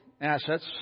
assets